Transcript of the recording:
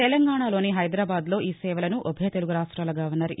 తెలంగాణలోని హైదరాబాద్ లో ఈ సేవలను ఉభయ తెలుగు రాష్ట్రాల గవర్నర్ ఇ